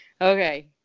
Okay